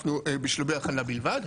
אנחנו בשלבי הכנה בלבד.